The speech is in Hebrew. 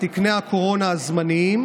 תקני הקורונה הזמניים,